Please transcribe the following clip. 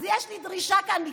אז יש לי דרישה מכם,